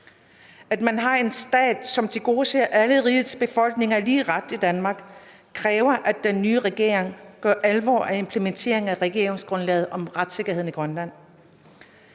At man har en stat, som tilgodeser, at alle rigets befolkninger har lige ret i Danmark, kræver, at den nye regering gør alvor af implementeringen af regeringsgrundlaget om retssikkerhed i Grønland,